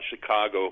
Chicago